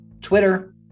Twitter